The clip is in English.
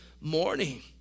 morning